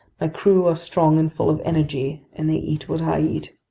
my crew are strong and full of energy, and they eat what i eat.